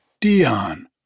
Dion